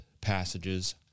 passages